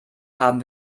haben